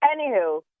Anywho